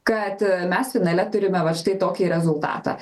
kad mes finale turime vat štai tokį rezultatą